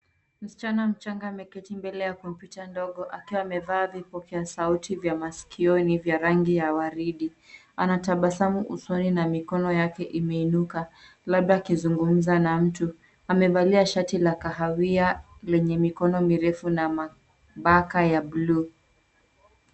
Msichana mchanga ameketi mbele ya kompyuta ndogo akiwa amevaa vipokea sauti vya masikinioni vya rangi ya waridi. Anatabasamu usoni na mikono yake imeiunuka labda akizungumza na mtu. Amevalia shati la kahawia lenye mikono mirefu na mabaka ya buluu.